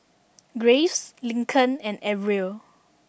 Graves Lincoln and Arvil